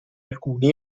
alcuni